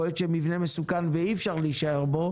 יכול להיות שהמבנה מסוכן ואי אפשר להישאר בו.